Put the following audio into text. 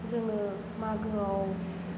जोङो मागोआव